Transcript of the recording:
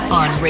on